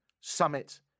Summit